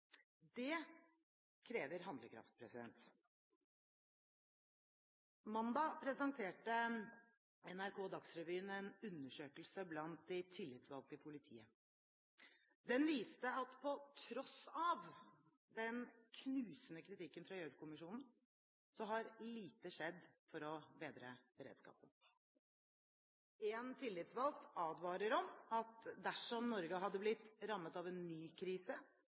Det krever handlekraft. Mandag presenterte NRK Dagsrevyen en undersøkelse blant de tillitsvalgte i politiet. Den viste at på tross av den knusende kritikken fra Gjørv-kommisjonen, har lite skjedd for å bedre beredskapen. En tillitsvalg advarer om at dersom Norge hadde blitt rammet av en ny krise,